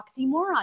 oxymoron